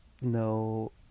no